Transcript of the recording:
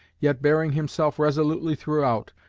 yet bearing himself resolutely throughout,